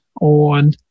on